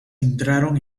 entraron